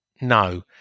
no